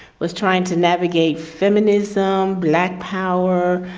was trying to navigate feminism, black power,